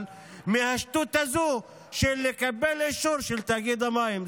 מהשטות הזאת של לקבל אישור של תאגיד המים.